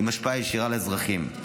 עם השפעה ישירה על האזרחים.